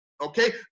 okay